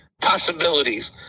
possibilities